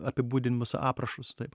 apibūdinimus aprašus taip